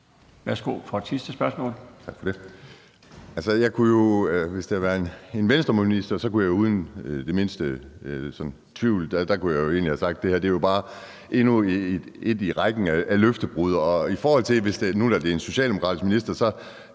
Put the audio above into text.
spørgeren for det sidste spørgsmål.